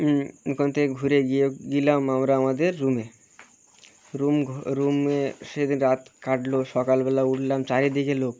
ওখান থেকে ঘুরে গিয়ে গেলাম আমরা আমাদের রুমে রুম রুমে সেদিন রাত কাটলো সকালবেলা উঠলাম চারিদিকে লোক